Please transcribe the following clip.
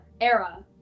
era